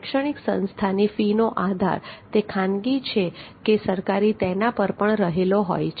શૈક્ષણિક સંસ્થાની ફી નો આધાર તે ખાનગી છે કે સરકારી તેના પર પણ રહેલો હોય છે